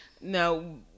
no